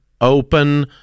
open